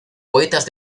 poetas